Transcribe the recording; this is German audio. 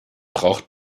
braucht